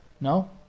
No